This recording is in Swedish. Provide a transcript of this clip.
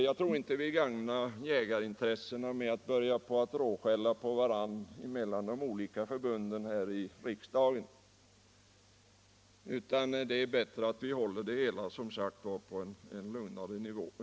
Jag tror inte att vi gagnar jägarintressena genom att representanterna för de olika förbunden börjar råskälla på varandra här i riksdagen. Det är bättre att vi håller diskussionen på en lugnare nivå.